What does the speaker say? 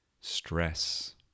stress